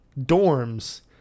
dorms